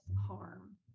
harm